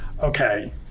Okay